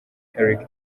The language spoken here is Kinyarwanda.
eric